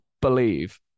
believe